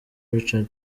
richard